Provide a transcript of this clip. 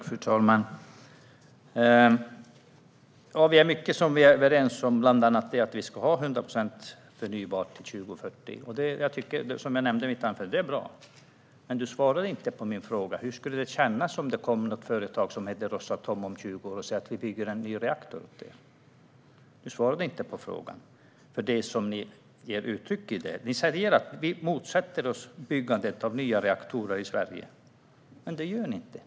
Fru talman! Det är mycket som vi är överens om, bland annat att vi ska ha 100 procent förnybart till 2040. Som jag nämnde i mitt anförande tycker jag att det är bra. Men Lise Nordin svarar inte på min fråga: Hur skulle det kännas om det kom något företag, till exempel Rosatom, om 20 år och sa att vi bygger en ny reaktor år er? Den frågan svarade Lise Nordin inte på. Ni säger att ni motsätter er byggandet av nya reaktorer i Sverige. Men det gör ni inte.